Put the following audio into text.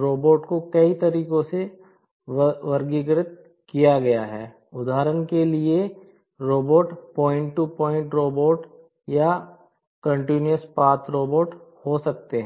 robot हो सकते